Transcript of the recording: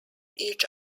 each